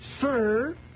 Sir